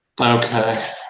Okay